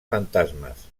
fantasmes